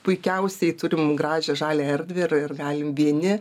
puikiausiai turim gražią žaliąją erdvę ir ir galim vieni